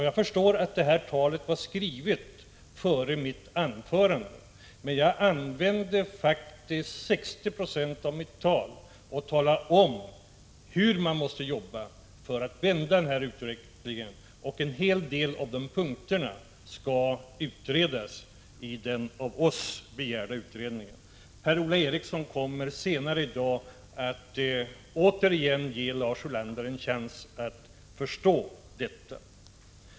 Jag förstår att hans tal var skrivet innan jag höll mitt anförande, men jag använde faktiskt 60 9 av min tid till att tala om hur man måste jobba för att vända utvecklingen, och en hel del av de punkterna skall utredas i den av oss begärda utredningen. Per-Ola Eriksson kommer senare i dag att återigen ge Lars Ulander en chans att förstå detta.